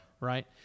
Right